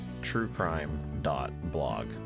truecrime.blog